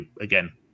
Again